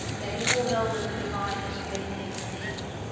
then you will know that the divine is awakening within you,